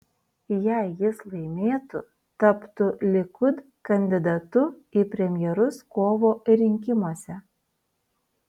jei jis laimėtų taptų likud kandidatu į premjerus kovo rinkimuose